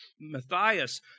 Matthias